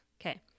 Okay